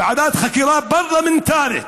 ועדת חקירה פרלמנטרית,